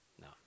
no